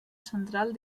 central